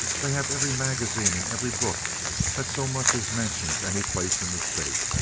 they have every magazine and every book that so much as mentions any place in the state.